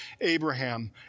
Abraham